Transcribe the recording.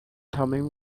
thummim